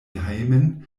hejmen